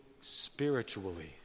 spiritually